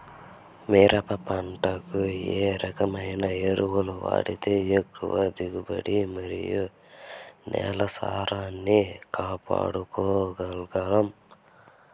మిరప పంట కు ఏ రకమైన ఎరువులు వాడితే ఎక్కువగా దిగుబడి మరియు నేల సారవంతాన్ని కాపాడుకోవాల్ల గలం?